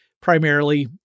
primarily